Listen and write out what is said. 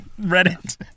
Reddit